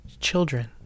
Children